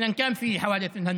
(אומר בערבית: